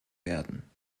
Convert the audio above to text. werden